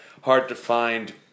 hard-to-find